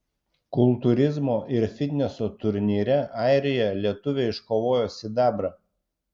kultūrizmo ir fitneso turnyre airijoje lietuvė iškovojo sidabrą